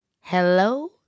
hello